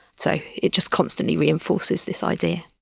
so it just constantly reinforces this idea.